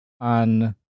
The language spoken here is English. on